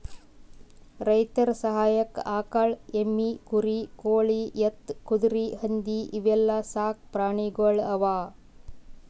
ರೈತರ್ ಸಹಾಯಕ್ಕ್ ಆಕಳ್, ಎಮ್ಮಿ, ಕುರಿ, ಕೋಳಿ, ಎತ್ತ್, ಕುದರಿ, ಹಂದಿ ಇವೆಲ್ಲಾ ಸಾಕ್ ಪ್ರಾಣಿಗೊಳ್ ಅವಾ